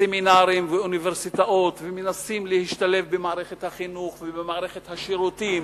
סמינרים ואוניברסיטאות ומנסים להשתלב במערכת החינוך ובמערכת השירותים.